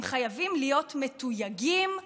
הם חייבים להיות מתויגים כבוגדים.